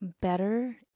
better